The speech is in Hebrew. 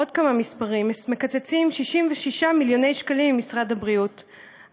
עוד כמה מספרים: מקצצים 66 מיליון שקלים ממשרד הבריאות,